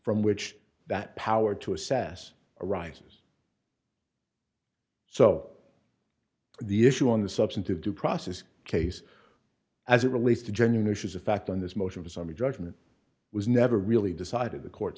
from which that power to assess arises so the issue on the substantive due process case as it relates to genuine issues of fact on this motion for summary judgment was never really decided the court